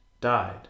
died